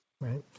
right